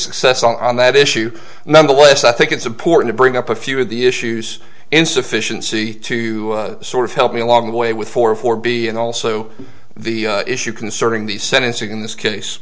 success on that issue nonetheless i think it's important to bring up a few of the issues insufficiency to sort of help me along the way with four for b and also the issue concerning the sentencing in this case